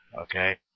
Okay